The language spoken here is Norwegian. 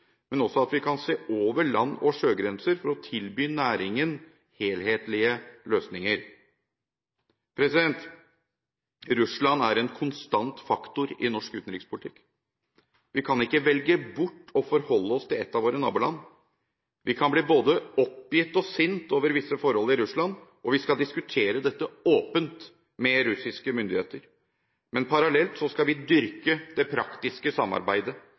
men også at vi kan se over land- og sjøgrenser for å tilby næringen helhetlige løsninger. Russland er en konstant faktor i norsk utenrikspolitikk. Vi kan ikke velge bort å forholde oss til et av våre naboland. Vi kan bli både oppgitt og sinte over visse forhold i Russland, og vi skal diskutere dette åpent med russiske myndigheter, men parallelt skal vi dyrke det praktiske samarbeidet,